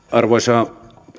arvoisa